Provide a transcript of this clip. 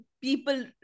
people